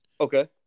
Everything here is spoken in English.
Okay